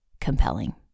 compelling